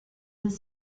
was